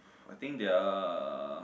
I think their